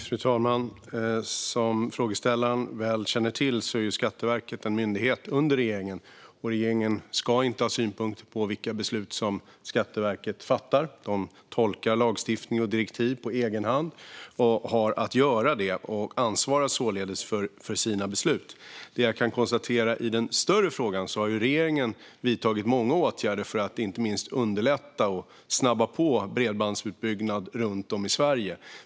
Fru talman! Som frågeställaren väl känner till är Skatteverket en myndighet under regeringen, och regeringen ska inte ha synpunkter på vilka beslut Skatteverket fattar. Myndigheten tolkar lagstiftning och direktiv på egen hand och har att göra det. Den ansvarar således för sina beslut. Det jag kan konstatera i den större frågan är att regeringen har vidtagit många åtgärder för att inte minst underlätta och snabba på bredbandsutbyggnaden runt om i Sverige.